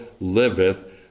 liveth